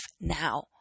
now